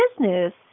business